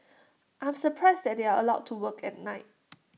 I'm surprised that they are allowed to work at night